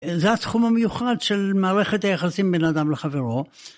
זה התחום המיוחד של מערכת היחסים בין אדם לחברו.